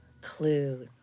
Clue